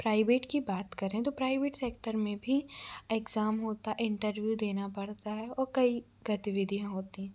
private की बात करें तो प्राइवेट सेक्टर में भी एग्जाम होता इंटरव्यू देना पड़ता है और कई गतिविधियाँ होती हैं